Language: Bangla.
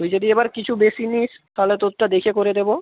তুই যদি এবার কিছু বেশি নিস তাহলে তোরটা দেখে করে দেবো